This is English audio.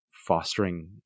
Fostering